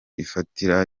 ifatira